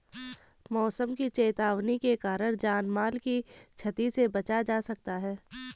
मौसम की चेतावनी के कारण जान माल की छती से बचा जा सकता है